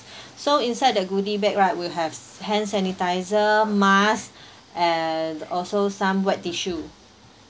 so inside the goodie bag right will have hand sanitiser mask and also some wet tissue